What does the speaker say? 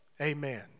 Amen